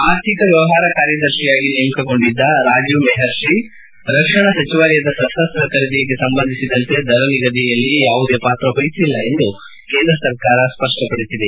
ಆರ್ಥಿಕ ವ್ಯವಹಾರ ಕಾರ್ಯದರ್ಶಿಯಾಗಿ ನೇಮಕಗೊಂಡಿದ್ದ ರಾಜೀವ್ ಮೆಪರ್ಷಿ ರಕ್ಷಣಾ ಸಚಿವಾಲಯದ ಶಸ್ತಾಸ್ತ ಖರೀದಿಗೆ ಸಂಬಂಧಿಸಿದಂತೆ ದರ ನಿಗದಿಯಲ್ಲಿ ಯಾವುದೇ ಪಾತ್ರ ವಹಿಸಿಲ್ಲ ಎಂದು ಕೇಂದ್ರ ಸರಕಾರ ಸ್ಪಷ್ಟಪಡಿಸಿದೆ